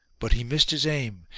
but he missed his aim,